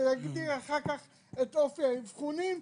ולהגדיר אחר כך את אופי האבחונים,